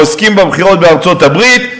או עוסקים בבחירות בארצות-הברית,